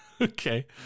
okay